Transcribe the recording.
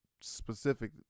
specific